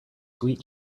sweet